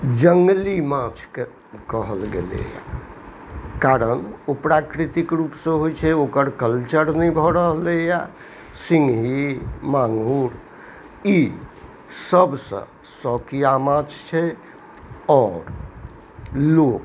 जङ्गली माछ कहल गेलै हँ कारण ओ प्राकृतिक रूपसँ होइ छै ओकर कल्चर नहि भऽ रहलै यऽ करै लए जौं सिङ्घी माँगुर ई सबसँ शौकिया माछ छै आओर लोक